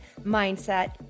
mindset